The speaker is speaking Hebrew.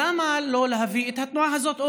למה לא להביא את התנועה הזאת,